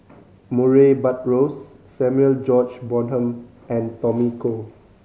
Murray Buttrose Samuel George Bonham and Tommy Koh